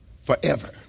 forever